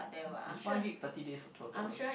it's one gig thirty days for twelve dollars